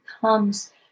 comes